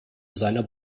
seiner